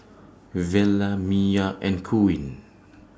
Vela Mya and Queen